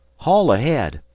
haul ahead!